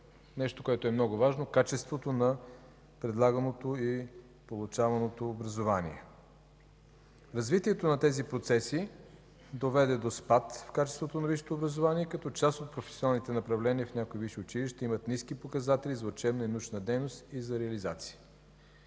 нещо, което е много важно – качеството на предлаганото и получаваното образование. Развитието на тези процеси доведе до спад в качеството на висшето образование, като част от професионалните направления в някои висши училища имат ниски показатели за учебна и научна дейност и за реализация.